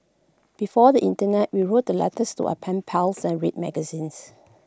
before the Internet we wrote the letters to our pen pals and read magazines